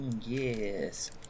Yes